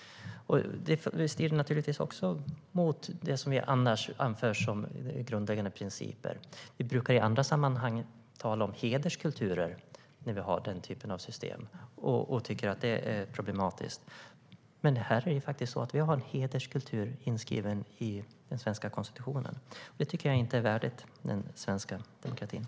Det strider naturligtvis också mot det som vi annars anför som grundläggande principer. Vi brukar i andra sammanhang tala om hederskulturer när det gäller den typen av system och tycka att det är problematiskt. Men här har vi faktiskt en hederskultur inskriven i den svenska konstitutionen. Det tycker jag inte är värdigt den svenska demokratin.